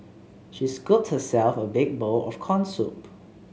she scooped herself a big bowl of corn soup